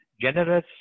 generous